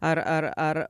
ar ar ar